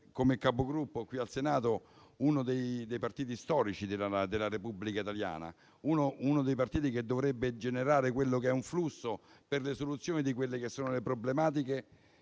come Capogruppo qui al Senato uno dei partiti storici della Repubblica italiana, uno dei partiti che dovrebbe generare un flusso di soluzioni delle problematiche